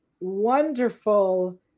wonderful